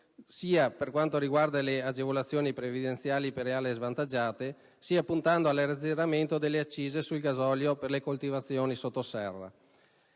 a regime, sia delle agevolazioni previdenziali per le aree svantaggiate, sia dell'azzeramento delle accise sul gasolio per le coltivazioni sotto serra.